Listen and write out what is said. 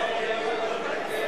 הצעת